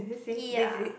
ya